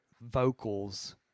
vocals